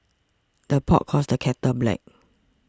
the pot calls the kettle black